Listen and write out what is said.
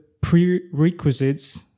prerequisites